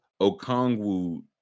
Okongwu